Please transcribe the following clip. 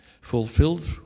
fulfilled